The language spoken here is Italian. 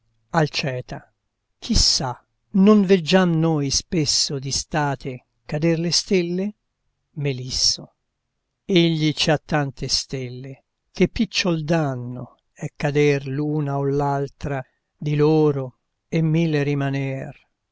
campo chi sa non veggiam noi spesso di state cader le stelle egli ci ha tante stelle che picciol danno è cader l'una o l'altra di loro e mille rimaner